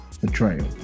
betrayal